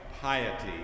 piety